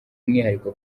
umwihariko